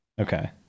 Okay